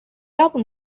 album